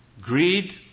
greed